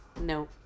no